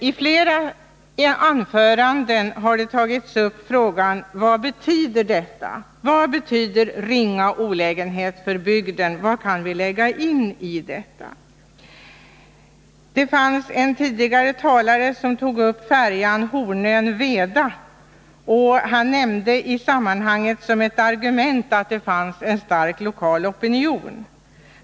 I flera anföranden har tagits upp frågan: Vad betyder detta, vad betyder ringa olägenhet för bygden? Vad kan vi lägga in i detta. En tidigare talare tog upp frågan om färjan mellan Hornön och Veda, och han nämnde i sammanhanget som ett argument att det fanns en stark lokal opinion.